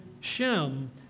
Shem